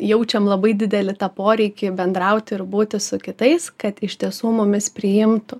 jaučiam labai didelį tą poreikį bendrauti ir būti su kitais kad iš tiesų mumis priimtų